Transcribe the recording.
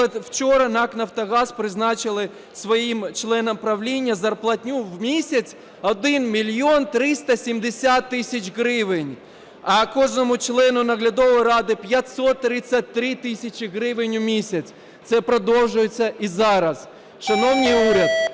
вчора НАК "Нафтогаз" призначили своїм членам правління зарплатню в місяць 1 мільйон 370 тисяч гривень, а кожному члену наглядової ради 533 тисячі гривень у місяць. Це продовжується і зараз. Шановний уряд,